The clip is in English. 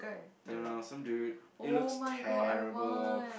turn off some dude it looks terrible